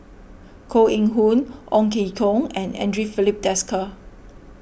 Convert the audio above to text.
Koh Eng Hoon Ong Ke Kung and andre Filipe Desker